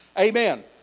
Amen